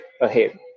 ahead